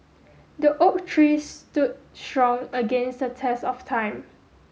the oak tree stood strong against the test of time